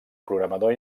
programador